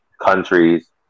countries